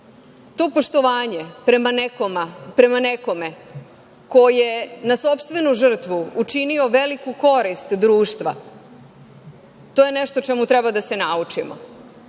To poštovanje prema nekome ko je na sopstvenu žrtvu učinio veliku korist društva, to je nešto čemu treba da se naučimo,